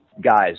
guys